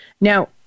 Now